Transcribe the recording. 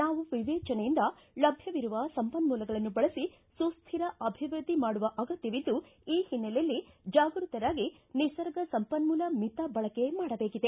ನಾವು ವಿವೇಚನೆಯಿಂದ ಲಭ್ಯವಿರುವ ಸಂಪನ್ನೂಲಗಳನ್ನು ಬಳಸಿ ಸುಶ್ವಿರ ಅಭಿವ್ವದ್ದಿ ಮಾಡುವ ಅಗತ್ತವಿದ್ದು ಈ ಹಿನ್ನೆಲೆಯಲ್ಲಿ ಜಾಗೃತರಾಗಿ ನಿಸರ್ಗ ಸಂಪನ್ನೂಲ ಬಳಕೆ ಮಾಡಬೇಕಿದೆ